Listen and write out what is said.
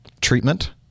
treatment